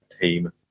team